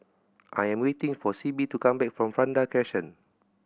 I am waiting for Sibbie to come back from Vanda Crescent